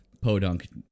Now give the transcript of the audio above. Podunk